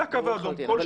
זה הקו האדום.